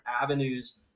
avenues